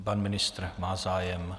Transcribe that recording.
Pan ministr má zájem.